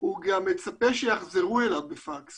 הוא גם מצפה שיחזרו אליו בפקס